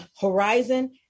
horizon